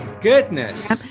goodness